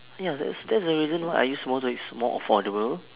ya that's that's the reason why I use motor is more affordable